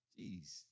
Jeez